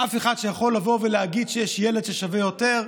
אף אחד שיכול לבוא ולהגיד שיש ילד ששווה יותר,